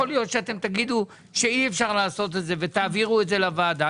יכול להיות שאתם תגידו שאי אפשר לעשות את זה ותעבירו את זה לוועדה.